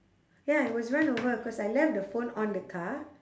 ya it was run over cause I left the phone on the car